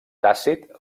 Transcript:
tàcit